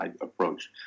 approach